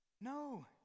no